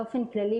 באופן כללי,